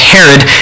Herod